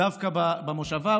דווקא במושבה,